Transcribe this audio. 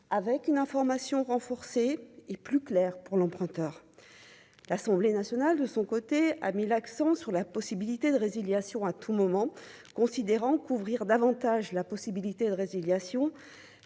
avec une information renforcée et plus clair pour l'emprunteur, l'Assemblée nationale, de son côté a mis l'accent sur la possibilité de résiliation à tout moment, considérant qu'ouvrir davantage la possibilité de résiliation